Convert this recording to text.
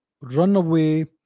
runaway